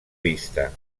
vista